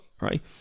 right